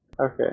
Okay